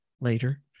later